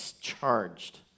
charged